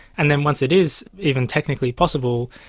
and then once it is even technically possible,